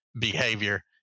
behavior